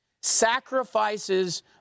Sacrifices